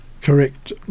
correct